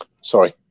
Sorry